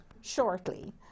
shortly